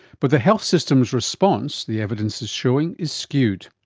but the health system's response, the evidence is showing, is skewed.